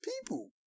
people